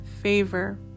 favor